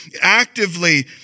actively